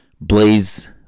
blaze